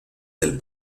del